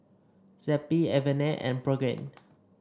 Zappy Avene and Pregain